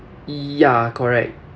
ya correct